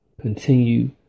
continue